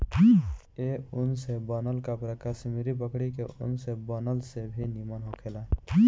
ए ऊन से बनल कपड़ा कश्मीरी बकरी के ऊन के बनल से भी निमन होखेला